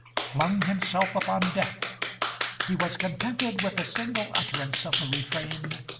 flung himself upon death he was contented with a single utterance of the refrain,